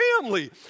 family